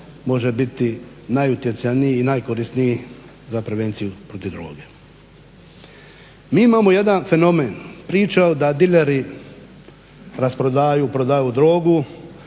može biti najutjecajniji i najkorisniji za prevenciju protiv droge. Mi imamo jedan fenomen, pričaju da dileri rasprodaju, prodaju drogu,